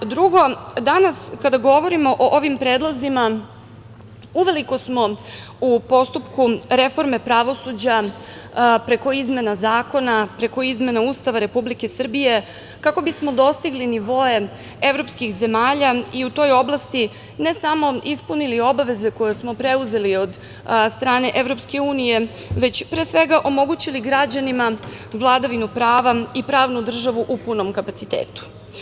Drugo, danas kada govorimo o ovim predlozima uveliko smo u postupku reforme pravosuđa preko izmena zakona, preko izmena Ustava Republike Srbije kako bismo dostigli nivoe evropskih zemalja i u toj oblasti ne samo ispunili obaveze koje smo preuzeli od strane EU, već pre svega omogućili građanima vladavinu prava i pravnu državu u punom kapacitetu.